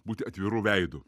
būti atviru veidu